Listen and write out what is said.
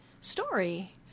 story